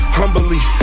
humbly